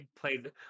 Played